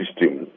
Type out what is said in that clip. system